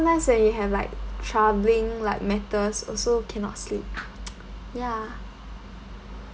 say you have like troubling like matters also cannot sleep ya